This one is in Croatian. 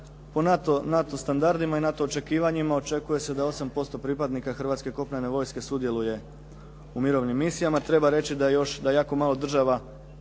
po NATO standardima i NATO očekivanjima očekuje se da 8% pripadnika Hrvatske kopnene vojske sudjeluje u mirovnim misijama, treba reći da jako malo država